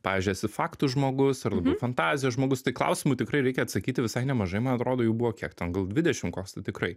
pavyzdžiui esi faktų žmogus ar labiau fantazijos žmogus tai klausimų tikrai reikia atsakyti visai nemažai man atrodo jų buvo kiek ten gal dvidešimt koks tai tikrai